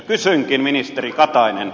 kysynkin ministeri katainen